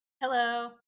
Hello